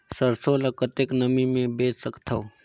सरसो ल कतेक नमी मे बेच सकथव?